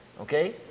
okay